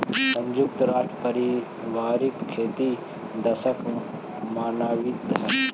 संयुक्त राष्ट्र पारिवारिक खेती दशक मनावित हइ